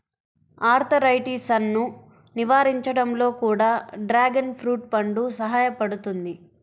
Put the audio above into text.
ఆర్థరైటిసన్ను నివారించడంలో కూడా డ్రాగన్ ఫ్రూట్ పండు సహాయపడుతుంది